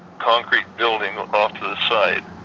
concrete building off to the side.